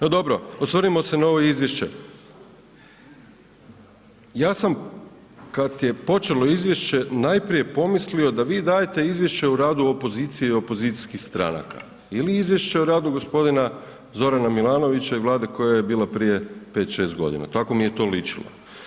No dobro, osvrnimo se na ovo izvješće, ja sam kada je počelo izvješće najprije pomislio da vi dajete izvješće o radu opozicije i opozicijskih stranaka ili izvješće o radu g. Zorana Milanovića i Vlade koja je bila prije 5, 6 godina, tako mi je to ličilo.